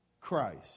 Christ